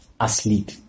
asleep